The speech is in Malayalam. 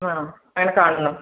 ആണോ അങ്ങനെ കാണുന്നു